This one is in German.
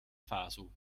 faso